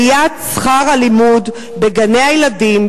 עליית שכר הלימוד בגני-הילדים,